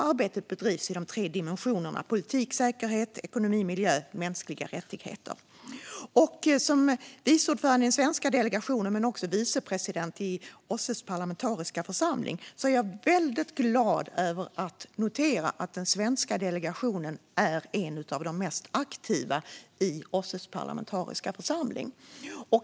Arbetet bedrivs i de tre dimensionerna politik och säkerhet, ekonomi och miljö samt mänskliga rättigheter. Som vice ordförande i den svenska delegationen men också vicepresident i OSSE:s parlamentariska församling är jag väldigt glad över att notera att den svenska delegationen är en av de mest aktiva i OSSE:s parlamentariska församling.